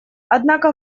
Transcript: однако